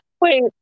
Wait